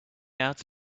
out